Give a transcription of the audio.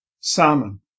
salmon